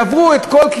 יעברו את הכול,